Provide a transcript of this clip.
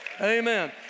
Amen